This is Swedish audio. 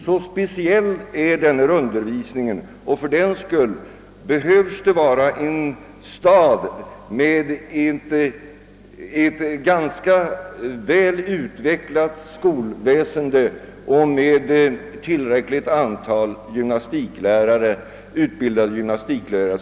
Så speciell är denna undervisning, och fördenskull måste undervisningen ligga i en stad med ett väl utvecklat skolväsende och med tillräckligt antal utbildade gymnastiklärare.